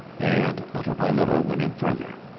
and little by little went in farther,